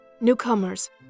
Newcomers